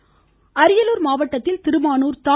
இருவரி அரியலூர் மாவட்டத்தில் திருமானூர் தா